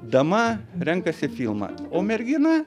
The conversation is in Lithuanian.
dama renkasi filmą o mergina